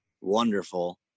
Wonderful